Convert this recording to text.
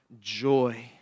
joy